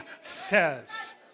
says